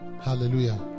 Hallelujah